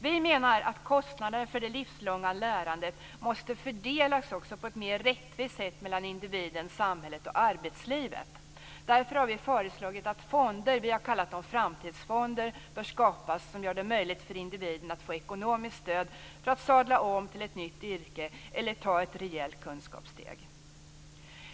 Vi menar också att kostnaderna för det livslånga lärandet måste fördelas på ett mer rättvist sätt mellan individen, samhället och arbetslivet. Därför har vi föreslagit att fonder, vi har kallat dem framtidsfonder, bör skapas som gör det möjligt för individen att få ekonomiskt stöd för att sadla om till ett nytt yrke eller ta ett rejält kunskapssteg.